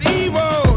evil